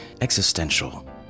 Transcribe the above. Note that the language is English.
existential